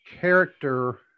character